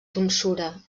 tonsura